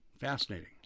Fascinating